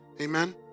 Amen